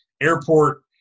Airport